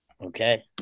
Okay